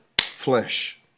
flesh